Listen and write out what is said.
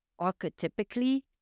archetypically